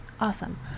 Awesome